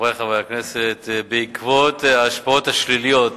חברי חברי הכנסת, עקב ההשפעות השליליות